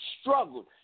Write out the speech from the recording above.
struggled